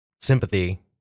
sympathy